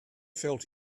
felt